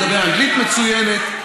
מדבר אנגלית מצוינת,